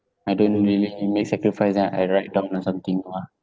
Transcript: I don't really make sacrifice then I write down or something no ah